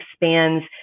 expands